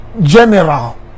general